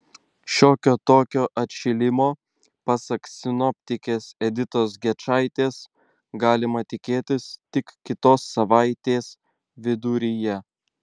šiokio tokio atšilimo pasak sinoptikės editos gečaitės galima tikėtis tik kitos savaitės viduryje